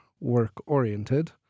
work-oriented